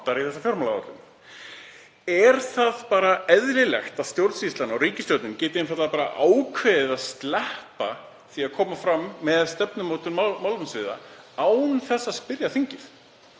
í þessa fjármálaáætlun. Er eðlilegt að stjórnsýslan og ríkisstjórnin geti einfaldlega ákveðið að sleppa því að koma fram með stefnumótun málefnasviða án þess að spyrja þingið?